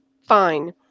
Fine